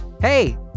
Hey